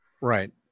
Right